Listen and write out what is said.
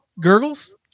Gurgles